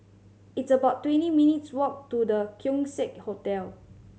it's about twenty minutes' walk to The Keong Saik Hotel